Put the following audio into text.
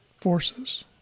forces